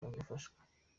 bagafashwa